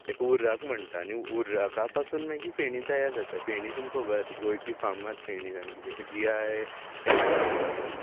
तेका हुर्राक म्हणटा आनी हुर्राका पसून मागीर फेणी तयार जाता फेणी तुमकां खबर आहा ती गोंयची फामाद फेणी आनी ताका जिआय टॅग गावल्लो आसा